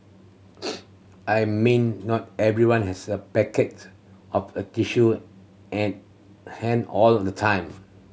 I mean not everyone has a packet of a tissue at hand all of the time